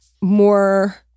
more